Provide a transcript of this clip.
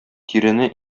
тирене